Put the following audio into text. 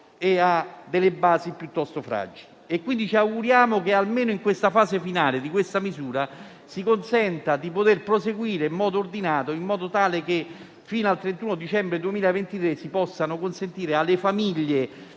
e ha basi piuttosto fragili. Quindi ci auguriamo che, almeno nella fase finale di questa misura, si consenta di proseguire in modo ordinato, in modo tale che fino al 31 dicembre 2023 si possa consentire alle famiglie